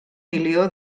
milió